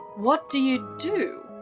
what do you do?